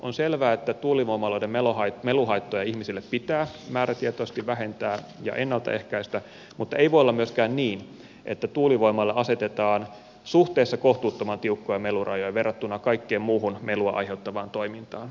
on selvää että tuulivoimaloiden meluhaittoja ihmisille pitää määrätietoisesti vähentää ja ennalta ehkäistä mutta ei voi olla myöskään niin että tuulivoimalle asetetaan suhteessa kohtuuttoman tiukkoja melurajoja verrattuna kaikkeen muuhun melua aiheuttavaan toimintaan